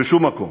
בשום מקום.